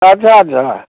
अच्छा अच्छा